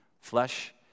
Flesh